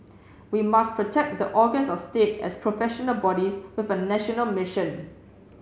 we must protect the organs of state as professional bodies with a national mission